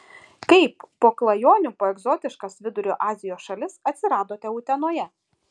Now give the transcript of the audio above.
kaip po klajonių po egzotiškas vidurio azijos šalis atsiradote utenoje